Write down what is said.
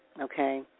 okay